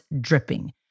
dripping